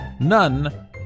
None